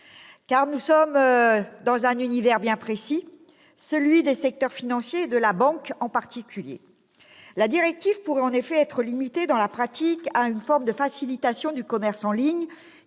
car nous sommes dans un univers bien précis : celui des secteurs financiers et de la banque en particulier. La directive pourrait en effet être limitée, dans la pratique, à une forme de facilitation du commerce en ligne,